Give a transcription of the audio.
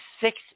six